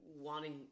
wanting